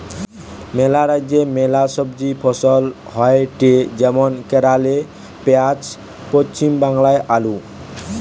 ম্যালা রাজ্যে ম্যালা সবজি ফসল হয়টে যেমন কেরালে পেঁয়াজ, পশ্চিম বাংলায় আলু